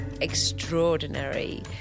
extraordinary